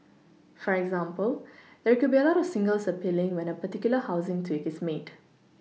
for example there could be a lot of singles appealing when a particular housing tweak is made